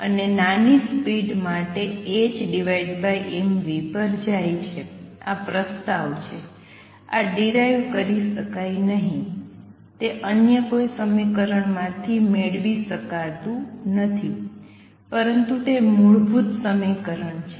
અને નાની સ્પિડ માટે hmv પર જાય છે આ પ્રસ્તાવ છે આ ડીરાઈવ કરી શકાય નહીં તે કોઈ અન્ય સમીકરણમાંથી મેળવી શકાતું નથી પરંતુ તે મૂળભૂત સમીકરણ છે